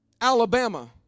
Alabama